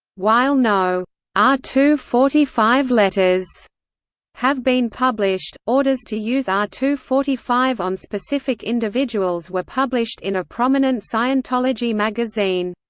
while no r two forty five letters have been published, orders to use r two forty five on specific individuals were published in a prominent scientology magazine.